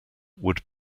would